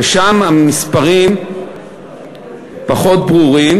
ושם המספרים פחות ברורים,